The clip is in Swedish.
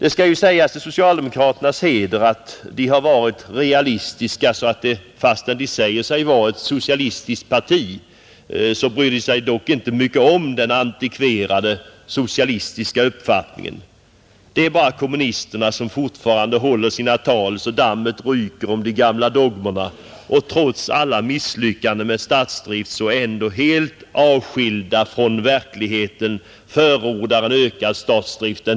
Till socialdemokraternas heder skall sägas att de har varit realistiska. Fastän de säger sig vara ett socialistiskt parti bryr de sig dock inte om den antikverade socialistiska uppfattningen. Det är bara kommunisterna som fortfarande håller sina tal så att dammet ryker om de gamla dogmerna och trots alla misslyckanden med statsdrift, helt avskilda från verkligheten, förordar ökad statsdrift.